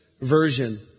version